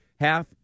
half